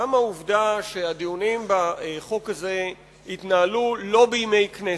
גם העובדה שהדיונים בחוק הזה התנהלו לא בימי כנסת,